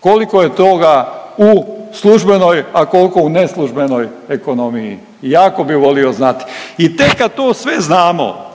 Koliko je toga u službenoj, a koliko u neslužbenoj ekonomiji? Jako bi volio znati. I tek kad to sve znamo